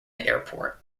airport